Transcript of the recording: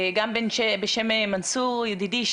גם בשם מנסור ידידי,